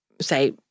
say